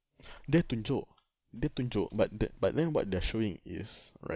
dia tunjuk dia tunjuk but th~ but then what they're showing is right